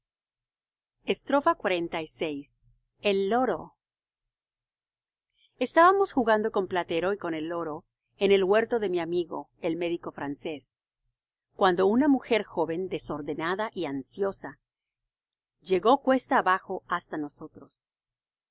xlvi el loro estábamos jugando con platero y con el loro en el huerto de mi amigo el médico francés cuando una mujer joven desordenada y ansiosa llegó cuesta abajo hasta nosotros